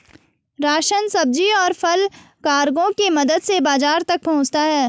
ration, सब्जी, और फल कार्गो की मदद से बाजार तक पहुंचता है